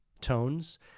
tones